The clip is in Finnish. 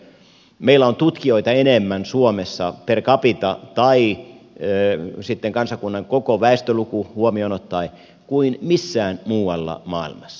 meillä on tutkijoita enemmän suomessa per capita tai sitten kansakunnan koko väestöluku huomioon ottaen kuin missään muualla maailmassa